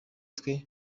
twe